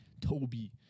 Toby